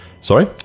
Sorry